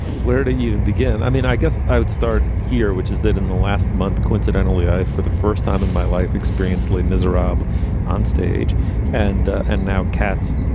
where to even begin? i mean, i guess i would start here, which is that in the last month, coincidentally, i for the first time in my life, experienced lee miserable onstage and and now cats,